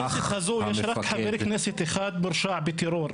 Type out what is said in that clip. בכנסת הזו יש רק חבר כנסת אחד מורשע בטרור,